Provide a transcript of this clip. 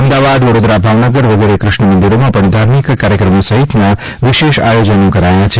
અમદાવાદ વડોદરા ભાવનગર વગેરે કૃષ્ણમંદિરોમાં પણ ધાર્મિક કાર્યક્રમો સહિતના વિશેષ આયોજનો કરાયા છે